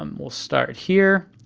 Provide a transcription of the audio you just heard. um we'll start here,